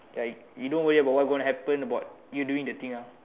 ya you don't worry about what going to happen about you going to do the thing ah